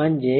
म्हणजे